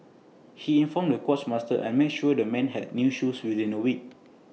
he informed the quartermaster and made sure the men had new shoes within A week